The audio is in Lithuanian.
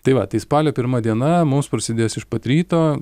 tai va tai spalio pirma diena mums prasidės iš pat ryto